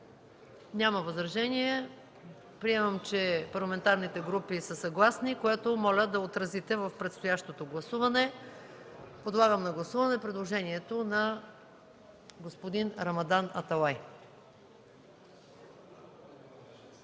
Няма. Приемам, че парламентарните групи са съгласни, което моля да отразите в предстоящото гласуване. Подлагам на гласуване предложението на господин Рамадан Аталай.